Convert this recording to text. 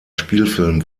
spielfilm